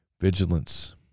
Vigilance